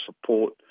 support